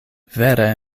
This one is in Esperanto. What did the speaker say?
vere